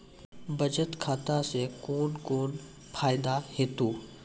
बचत खाता सऽ कून कून फायदा हेतु?